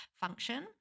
function